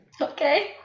Okay